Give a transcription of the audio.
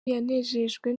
yanejejwe